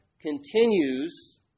continues